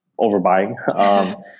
overbuying